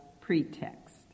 pretext